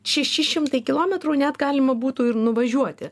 šeši šimtai kilometrų net galima būtų ir nuvažiuoti